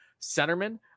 centerman